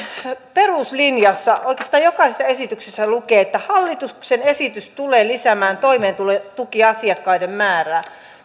peruslinjassa oikeastaan jokaisessa esityksessä lukee että hallituksen esitys tulee lisäämään toimeentulotukiasiakkaiden määrää